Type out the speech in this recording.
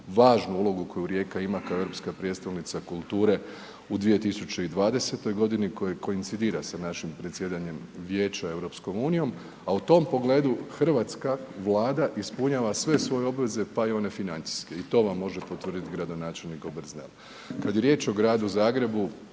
važnu ulogu koju Rijeka ima kao europska prijestolnica kulture, u 2020. g. koja indicira sa našim predsjedanjem vijeća EU, a u tom pogledu, hrvatska Vlada ispunjava sve svoje obveze pa i one financijske, i to vam može potvrditi gradonačelnik Obersnel. Kada je riječ o Gradu Zagrebu,